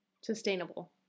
Sustainable